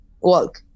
walk